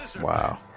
Wow